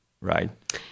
right